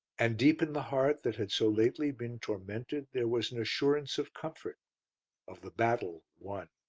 and deep in the heart that had so lately been tormented there was an assurance of comfort of the battle won.